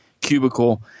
cubicle